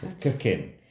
cooking